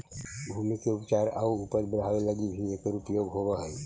भूमि के उपचार आउ उपज बढ़ावे लगी भी एकर उपयोग होवऽ हई